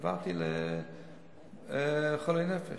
העברתי לחולי נפש,